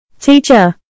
Teacher